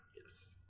Yes